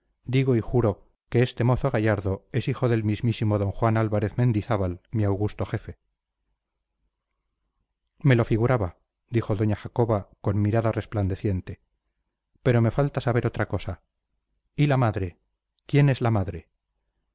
digo y juro que este mozo gallardo es hijo del mismísimo d juan álvarez mendizábal mi augusto jefe me lo figuraba dijo doña jacoba con mirada resplandeciente pero me falta saber otra cosa y la madre quién es la madre